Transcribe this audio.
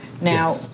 Now